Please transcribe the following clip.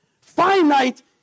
finite